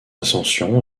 ascension